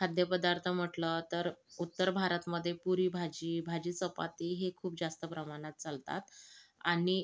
खाद्यपदार्थ म्हटलं तर उत्तर भारता मध्ये पुरीभाजी भाजी चपाती हे खूप जास्त प्रमाणात चालतात आणि